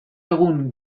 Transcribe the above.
egun